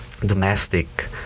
domestic